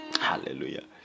Hallelujah